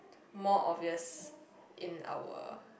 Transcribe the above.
more obvious in our